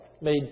Made